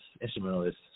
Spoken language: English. instrumentalist